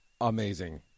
amazing